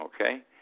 Okay